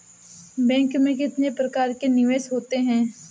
Bank में कितने प्रकार के निवेश होते हैं?